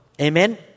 Amen